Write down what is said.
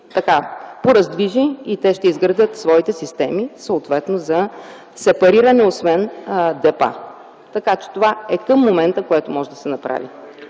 ще ги пораздвижи и те ще изградят своите системи, съответно за сепариране, освен депа. Това е към момента, което може да се направи.